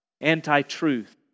Anti-truth